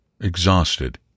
exhausted